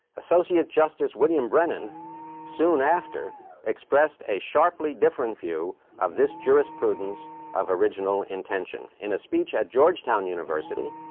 associate justice william brennan soon after expressed a sharply different view of this jurisprudence of original intention. in a speech at georgetown university,